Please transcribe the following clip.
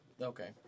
Okay